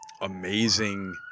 amazing